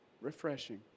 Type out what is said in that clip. Refreshing